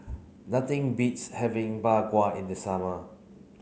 nothing beats having Bak Kwa in the summer